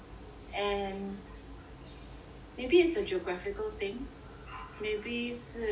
and maybe as a geographical thing maybe 是